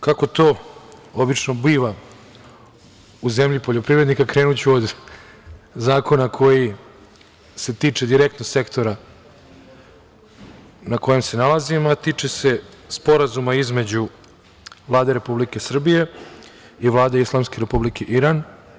Kako to obično biva u zemlji poljoprivrednika, krenuću od zakona koji se tiče direktno sektora na kojem se nalazimo, a tiče se sporazuma između Vlade Republike Srbije i Vlade Islamske Republike Iran.